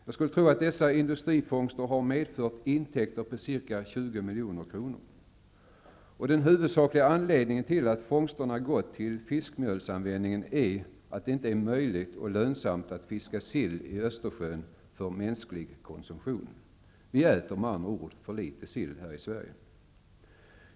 Jag skulle tro att dessa industrifångster har medfört intäkter på ca 20 milj.kr. Den huvudsakliga anledningen till att fångsterna gått till fiskmjölsanvändning är att det inte är möjligt att lönsamt fiska sill i Östersjön för mänsklig konsumtion. Eller uttryckt med andra ord: Vi äter för litet sill i Sverige.